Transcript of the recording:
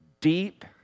deep